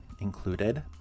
included